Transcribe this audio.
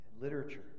literature